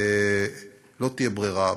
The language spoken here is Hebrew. לא תהיה ברירה,